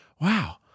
wow